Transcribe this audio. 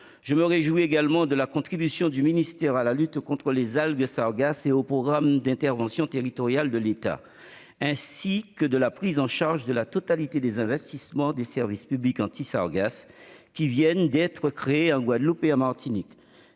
Je me réjouis par ailleurs de la contribution du ministère à la lutte contre les algues sargasses et au programme d'intervention territoriale de l'État, ainsi que de la prise en charge de la totalité des investissements des services publics antisargasses qui viennent d'être créés en Guadeloupe et en Martinique.